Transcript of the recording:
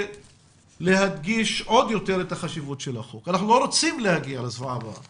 אנחנו לא רוצים להגיע לזוועה הבאה